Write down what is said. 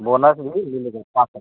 bonus भी मिलेगा हाँ सर